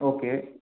okay